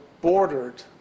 bordered